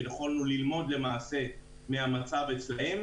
שיכולנו ללמוד מהמצב אצלן.